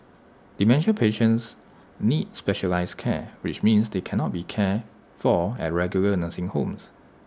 dementia patients need specialised care which means they cannot be cared for at regular nursing homes